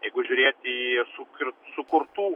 jeigu žiūrėti į suk ir sukurtų